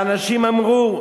ואנשים אמרו,